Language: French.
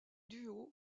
duo